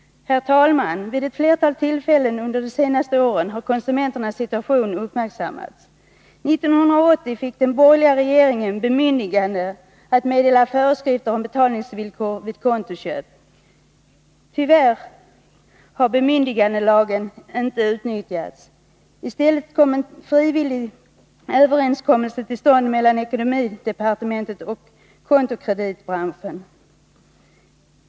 Herr talman! Vid flera tillfällen under de senaste åren har konsumenternas situation uppmärksammats. 1980 fick den borgerliga regeringen bemyndigande att meddela föreskrifter om betalningsvillkor vid kontoköp. Tyvärr har bemyndigandelagen inte utnyttjats. I stället kom en frivillig överenskommelse till stånd mellan ekonomidepartementet och kontokreditbranschen.